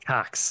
Cox